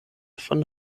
von